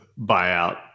buyout